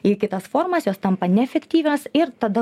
į kitas formas jos tampa neefektyvios ir tada